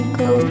go